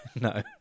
no